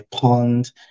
pond